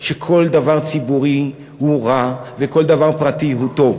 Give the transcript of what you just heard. שכל דבר ציבורי הוא רע וכל דבר פרטי הוא טוב.